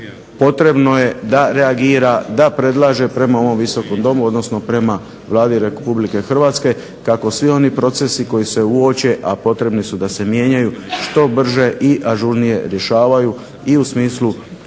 potrebno da reagira, da predlaže prema ovom Visokom domu, odnosno prema Vladi Republike Hrvatske kako svi oni procesi koji se uoče, a potrebni su da se mijenjaju, što brže i ažurnije rješavaju i u smislu